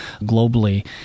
globally